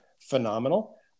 phenomenal